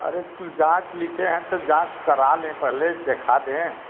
अरे कुछ जाँच लिखे हैं तो जाँच करा लें पहले देखा दें